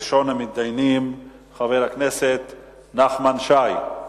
ראשון המתדיינים הוא חבר הכנסת נחמן שי.